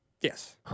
Yes